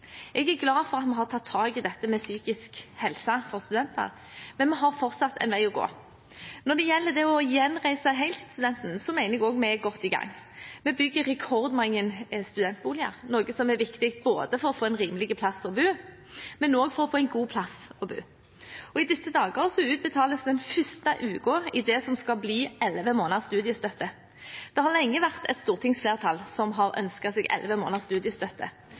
Jeg er derfor glad for at vi har tatt tak i dette med psykisk helse for studenter, men vi har fortsatt en vei å gå. Når det gjelder å gjenreise heltidsstudenten, mener jeg òg vi er godt i gang. Vi bygger rekordmange studentboliger, noe som er viktig både for å få en rimelig plass å bo og for å få en god plass å bo. Og i disse dager utbetales den første uken av det som skal bli elleve måneders studiestøtte. Det har lenge vært et stortingsflertall som har ønsket elleve måneders studiestøtte,